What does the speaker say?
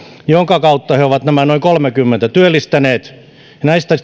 jonka kautta he ovat nämä noin kolmekymmentä työllistäneet ja näistä